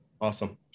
Awesome